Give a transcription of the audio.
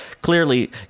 clearly